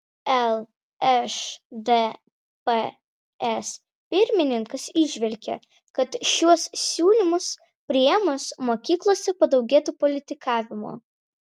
lšdps pirmininkas įžvelgia kad šiuos siūlymus priėmus mokyklose padaugėtų politikavimo